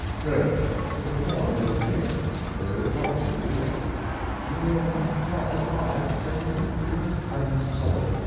good the reform is beginning there is hope for you yet you will not tell a lie to save your dearest friend's soul,